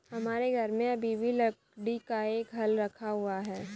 हमारे घर में अभी भी लकड़ी का एक हल रखा हुआ है